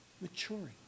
maturing